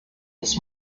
des